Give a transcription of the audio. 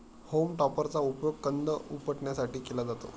home टॉपरचा उपयोग कंद उपटण्यासाठी केला जातो